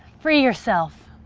free yourself.